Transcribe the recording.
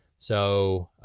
so,